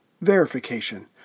verification